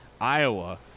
Iowa